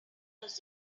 los